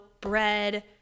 bread